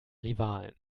rivalen